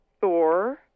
Thor